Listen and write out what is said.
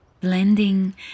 Blending